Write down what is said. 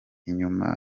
inyuma